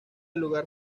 lugar